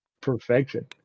Perfection